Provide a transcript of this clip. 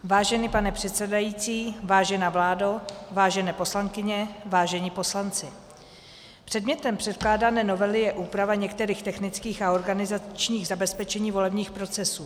Vážený pane předsedající, vážená vládo, vážené poslankyně, vážení poslanci, předmětem předkládané novely je úprava některých technických a organizačních zabezpečení volebních procesů.